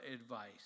advice